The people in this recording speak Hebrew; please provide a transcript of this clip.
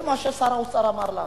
זה מה ששר האוצר אמר לנו.